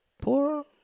Poor